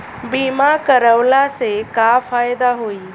बीमा करवला से का फायदा होयी?